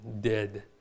dead